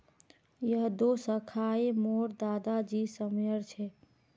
यह दो शाखए मोर दादा जी समयर छे